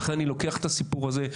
ולכן אני לוקח את הסיפור הזה,